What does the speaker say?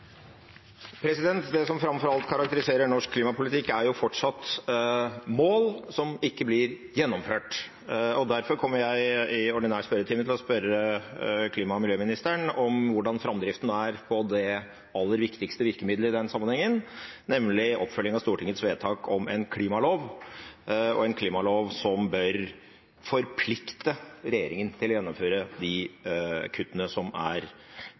Det som framfor alt karakteriserer norsk klimapolitikk, er fortsatt mål som ikke blir gjennomført. Derfor kommer jeg i ordinær spørretime til å spørre klima- og miljøministeren om hvordan framdriften er på det aller viktigste virkemidlet i den sammenhengen, nemlig oppfølgingen av Stortingets vedtak om en klimalov, en klimalov som bør forplikte regjeringen til å gjennomføre de kuttene som er